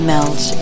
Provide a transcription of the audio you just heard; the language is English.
Melt